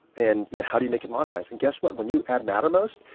and you know how do you make it modernized? and guess what, when you add mattermost,